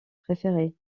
préféré